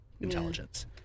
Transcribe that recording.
intelligence